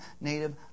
native